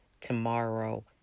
tomorrow